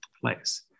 place